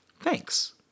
Thanks